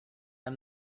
i’m